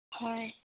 হয়